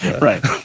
Right